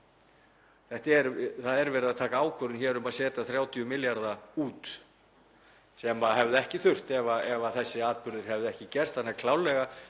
Það er verið að taka ákvörðun um að setja 30 milljarða út sem hefði ekki þurft ef þessi atburður hefði ekki gerst þannig að klárlega,